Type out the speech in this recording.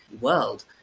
world